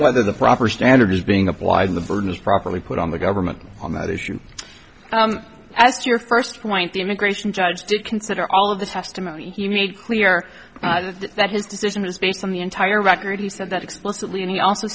whether the proper standard is being applied in the burden is properly put on the government on that issue as to your first point the immigration judge did consider all of the testimony he made clear that his decision was based on the entire record he said that explicitly and he also